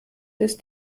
ist